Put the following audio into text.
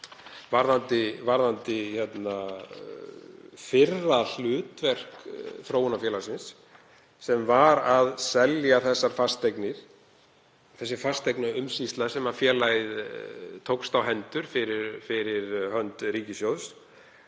varðandi fyrra hlutverk þróunarfélagsins sem var að selja þessar fasteignir, fasteignaumsýslan sem félagið tókst á hendur fyrir hönd ríkissjóðs